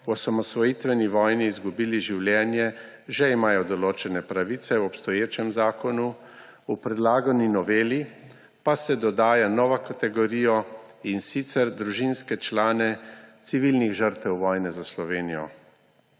v osamosvojitveni vojni izgubili življenje, že imajo določene pravice v obstoječem zakonu, v predlagani noveli pa se dodaja novo kategorijo, in sicer družinske člane civilnih žrtev vojne za Slovenijo.